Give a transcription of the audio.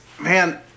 Man